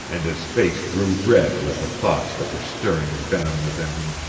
and his face grew red with the thoughts that were stirring venom within him.